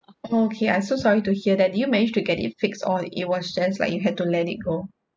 okay I'm so sorry to hear that did you manage to get it fixed or it was just like you had to let it go